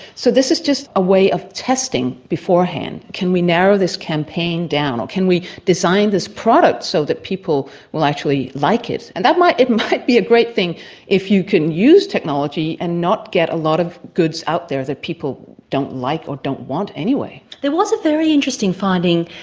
so this is just a way of testing beforehand. can we narrow this campaign down, or can we design this product so that people will actually like it? and it might be a great thing if you can use technology and not get a lot of goods out there that people don't like or don't want anyway. there was a very interesting finding,